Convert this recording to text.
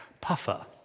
puffer